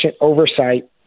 oversight